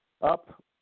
up